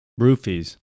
Roofies